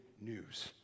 news